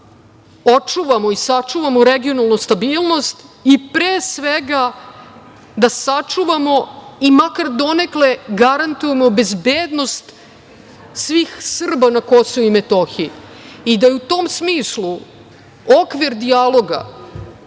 očuvamo i sačuvamo regionalnu stabilnost, pre svega, da sačuvamo i makar donekle, garantujemo bezbednost svih Srba na KiM.U tom smislu je okvir dijaloga,